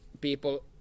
people